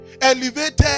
elevated